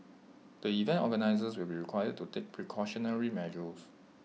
the event organisers will require to take precautionary measures